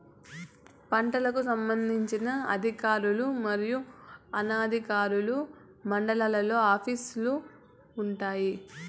పంటలకు సంబంధించిన అధికారులు మరియు అనధికారులు మండలాల్లో ఆఫీస్ లు వుంటాయి?